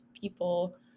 people